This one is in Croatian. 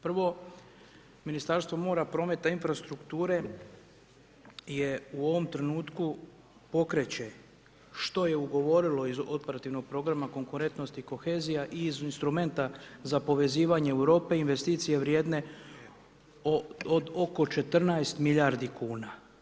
Prvo, Ministarstvo mora, prometa, infrastrukture je u ovom trenutku pokreće što je ugovorilo iz operativnog programa konkurentnosti kohezija i iz instrumenta za povezivanje Europe investicije vrijedne od oko 14 milijardi kuna.